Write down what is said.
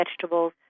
vegetables